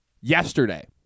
yesterday